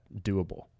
doable